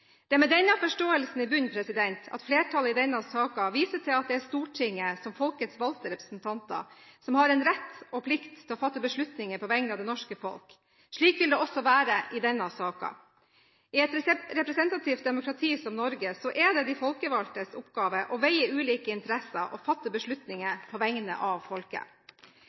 Det er med denne forståelsen i bunnen at flertallet i denne saken viser til at det er Stortinget, som folkets valgte representanter, som har en rett og plikt til å fatte beslutninger på vegne av det norske folk. Slik vil det også være i denne saken. I et representativt demokrati som Norge er det de folkevalgtes oppgave å veie ulike interesser og å fatte beslutninger på vegne av folket.